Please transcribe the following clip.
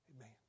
Amen